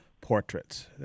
portraits